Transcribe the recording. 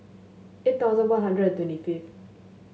eight thousand One Hundred and twenty fifth